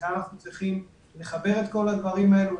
כאן אנחנו צריכים לחבר את כל הדברים האלה,